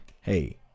hey